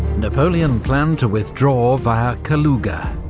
napoleon planned to withdraw via kaluga,